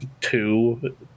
two